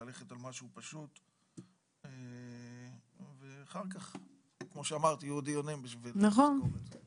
ללכת על משהו פשוט ואחר כך כמו שאמרת יהיו דיונים בשביל לסגור את זה.